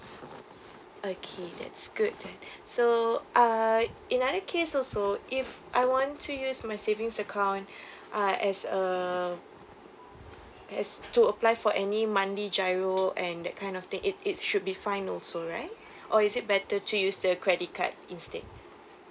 okay that's good then so uh in other case also if I want to use my savings account uh as a as to apply for any monthly GIRO and that kind of thing it it should be fine also right or is it better to use the credit card instead